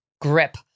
grip